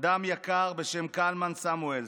אדם יקר בשם קלמן סמואלס,